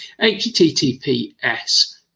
HTTPS